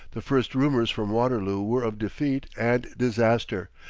the first rumors from waterloo were of defeat and disaster,